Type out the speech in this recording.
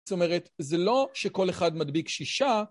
זאת אומרת, זה לא שכל אחד מדביק שישה.